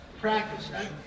practice